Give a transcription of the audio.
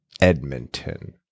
Edmonton